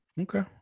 Okay